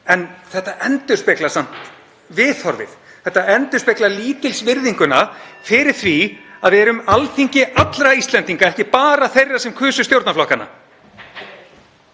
en þetta endurspeglar samt viðhorfið. Þetta endurspeglar lítilsvirðinguna fyrir því að við erum Alþingi allra Íslendinga, ekki bara þeirra sem kusu stjórnarflokkana.